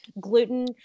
gluten